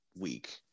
week